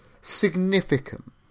significant